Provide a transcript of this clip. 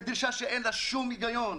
זאת דרישה שאין לה שום היגיון.